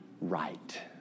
right